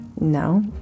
No